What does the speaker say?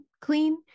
clean